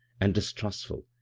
and dis trustful,